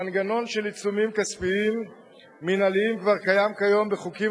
המנגנון של עיצומים כספיים מינהליים כבר קיים כיום בחוקים